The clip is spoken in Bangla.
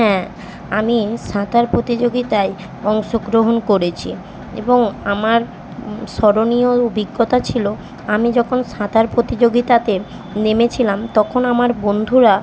হ্যাঁ আমি সাঁতার প্রতিযোগিতায় অংশগ্রহণ করেছি এবং আমার স্মরণীয় অভিজ্ঞতা ছিলো আমি যখন সাঁতার প্রতিযোগিতাতে নেমেছিলাম তখন আমার বন্ধুরা